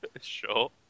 Sure